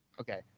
Okay